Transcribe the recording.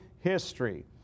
history